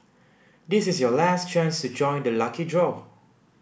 this is your last chance to join the lucky draw